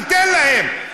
ניתן להם,